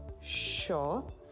Sure